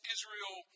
Israel